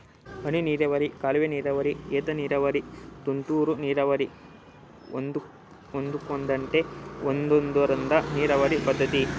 ಹನಿನೀರಾವರಿ ಕಾಲುವೆನೀರಾವರಿ ಏತನೀರಾವರಿ ತುಂತುರು ನೀರಾವರಿ ಒಂದೊಂದ್ಕಡೆ ಒಂದೊಂದ್ತರ ನೀರಾವರಿ ಪದ್ಧತಿ